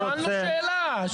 שאלנו שאלה.